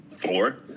four